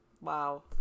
Wow